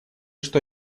что